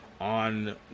On